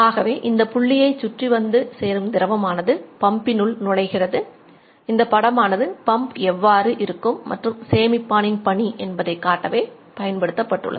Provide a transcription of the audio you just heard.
ஆகவே இந்த புள்ளியைச் சுற்றி வந்து சேரும் திரவமானது பம்பின் என்ன என்பதை காட்டவே பயன்படுத்தப்பட்டுள்ளது